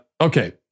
Okay